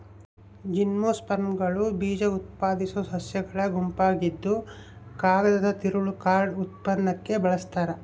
ಜಿಮ್ನೋಸ್ಪರ್ಮ್ಗಳು ಬೀಜಉತ್ಪಾದಿಸೋ ಸಸ್ಯಗಳ ಗುಂಪಾಗಿದ್ದುಕಾಗದದ ತಿರುಳು ಕಾರ್ಡ್ ಉತ್ಪನ್ನಕ್ಕೆ ಬಳಸ್ತಾರ